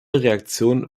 reaktion